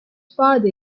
father